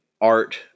art